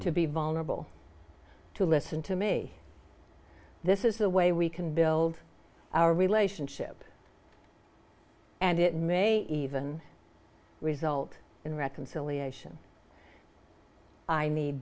to be vulnerable to listen to me this is the way we can build our relationship and it may even result in reconciliation i need